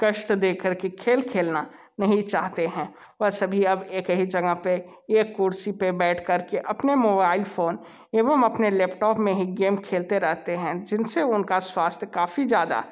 कष्ट दे कर के खेल खेलना नहीं चाहते हैं वह सभी अब एक ही जगह पर एक कुर्सी पर बैठ कर के अपने मोबाइल फोन एवं अपने लैपटॉप में ही गेम खेलते रहते हैं जिनसे उनका स्वास्थय काफ़ी ज़्यादा